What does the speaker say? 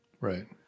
Right